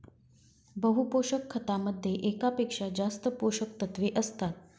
बहु पोषक खतामध्ये एकापेक्षा जास्त पोषकतत्वे असतात